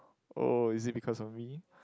oh is it because of me